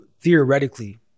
theoretically